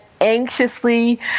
anxiously